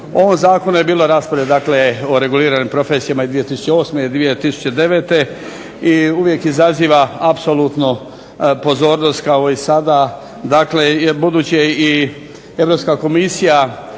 ovom zakonu je bilo rasprave dakle o reguliranim profesijama iz 2008. i 2009. i uvijek izaziva apsolutnu pozornost kao i sada, dakle budući je i Europska komisija